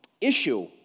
issue